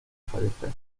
fallecer